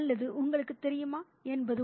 அல்லது உங்களுக்குத் தெரியுமா என்பது